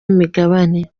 imigabane